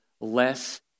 less